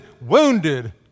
wounded